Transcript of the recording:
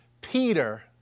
Peter